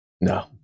no